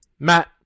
Matt